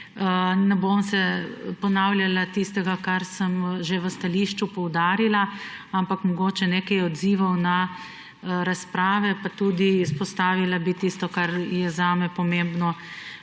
Ne bom ponavljala tistega, kar sem že v stališču poudarila, ampak mogoče nekaj odzivov na razprave, pa tudi izpostavila bi tisto, kar je zame pomembno